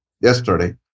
yesterday